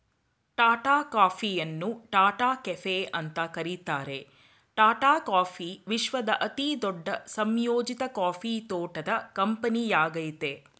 ಟಾಟಾ ಕಾಫಿಯನ್ನು ಟಾಟಾ ಕೆಫೆ ಅಂತ ಕರೀತಾರೆ ಟಾಟಾ ಕಾಫಿ ವಿಶ್ವದ ಅತಿದೊಡ್ಡ ಸಂಯೋಜಿತ ಕಾಫಿ ತೋಟದ ಕಂಪನಿಯಾಗಯ್ತೆ